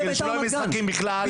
שלא יהיו משחקים בכלל.